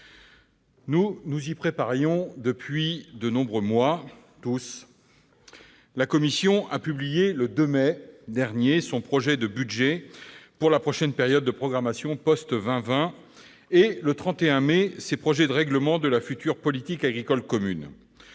nous nous y préparions tous depuis de nombreux mois : la Commission européenne a publié, le 2 mai dernier, son projet de budget pour la prochaine période de programmation post-2020 et, le 31 mai, ses projets de règlement de la future politique agricole commune.